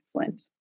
Excellent